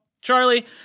Charlie